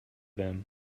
them